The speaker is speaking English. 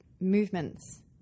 movements